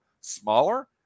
smaller